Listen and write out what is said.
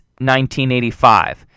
1985